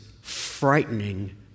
frightening